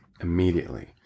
immediately